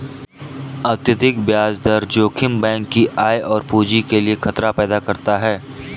अत्यधिक ब्याज दर जोखिम बैंक की आय और पूंजी के लिए खतरा पैदा करता है